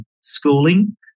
schooling